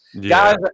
Guys